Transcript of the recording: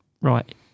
right